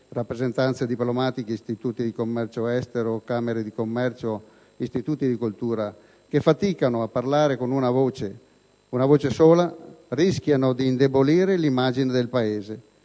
(rappresentanze diplomatiche, istituto per il commercio estero, camere di commercio, istituti di cultura), che faticano a parlare con una voce sola, rischia di indebolire l'immagine del Paese,